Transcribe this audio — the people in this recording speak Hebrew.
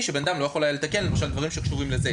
שבן אדם לא יכול לתקן דברים שקשורים לזה.